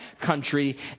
country